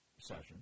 session